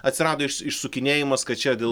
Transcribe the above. atsirado iš išsukinėjimas kad čia dėl